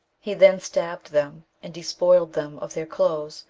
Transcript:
he then stabbed them and despoiled them of their clothes,